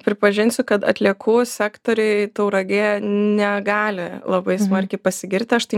pripažinsiu kad atliekų sektoriui tauragė negali labai smarkiai pasigirti aš tai